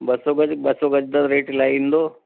ॿ सौ गज़ ॿ सौ गज़ त रेट इलाही ईंदो